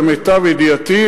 למיטב ידיעתי,